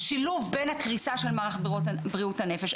השילוב בין הקריסה של מערך בריאות הנפש,